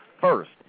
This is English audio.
first